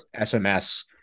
SMS